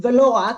ולא רק,